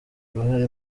uruhare